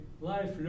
life